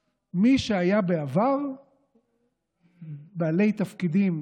את מי שהיו בעבר בעלי תפקידים